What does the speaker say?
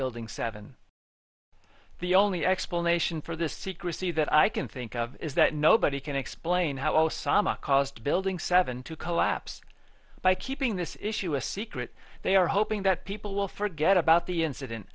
building seven the only explanation for this secrecy that i can think of is that nobody can explain how osama caused building seven to collapse by keeping this issue a secret they are hoping that people will forget about the incident